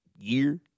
year